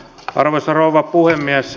arvoisa rouva puhemies